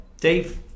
Dave